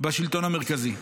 בשלטון המרכזי.